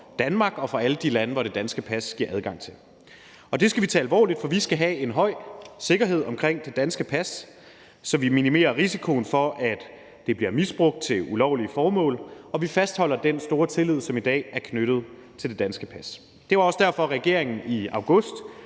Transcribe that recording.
for Danmark og for alle de lande, som det danske pas giver adgang til. Det skal vi tage alvorligt, for vi skal have en høj sikkerhed omkring det danske pas, så vi minimerer risikoen for, at det bliver misbrugt til ulovlige formål, og så vi fastholder den store tillid, som i dag er knyttet til det danske pas. Det var også derfor, regeringen i august